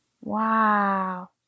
Wow